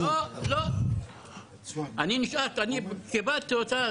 אני קיבלתי אותה